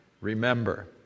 remember